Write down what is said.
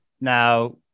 Now